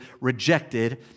rejected